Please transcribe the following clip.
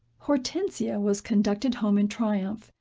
hortensia was conducted home in triumph,